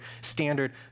standard